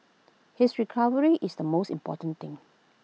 his recovery is the most important thing